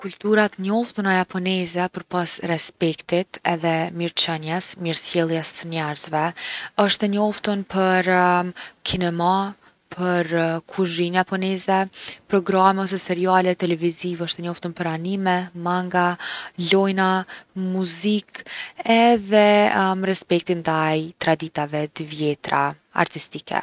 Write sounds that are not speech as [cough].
Kultura t’njoftuna japoneze përpos respektit edhe mirëqënies, mirësjelljes së njerzve, osht e njoftun për [hesitation] kinema, për [hesitation] kuzhinë japoneze. Programe ose seriale televizive, osht i njoftun për anime, manga, lojna, muzikë edhe [hesitation] respekti ndaj traditave t’vjetra artistike.